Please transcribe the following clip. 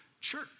church